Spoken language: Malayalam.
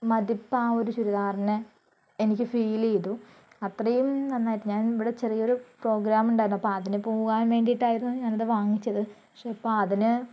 മതിപ്പ് ആ ഒരു ചുരിദാറിന് എനിക്ക് ഫീൽ ചെയ്തു അത്രയും നന്നായിരുന്നു ഞാൻ ഇവിടെ ചെറിയ ഒരു പ്രോഗ്രാം ഉണ്ടായിരുന്നു അപ്പോൾ അതിന് പോകാൻ വേണ്ടിട്ടായിരുന്നു ഞാൻ അത് വാങ്ങിച്ചത് പക്ഷെ ഇപ്പോൾ അതിന്